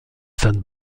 sainte